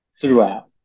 throughout